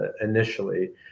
initially